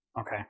Okay